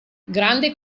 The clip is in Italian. grande